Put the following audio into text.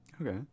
Okay